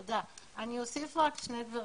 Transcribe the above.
אני אוסיף רק שני דברים.